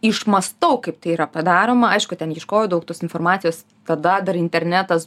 išmąstau kaip tai yra padaroma aišku ten ieškojau daug tos informacijos tada dar internetas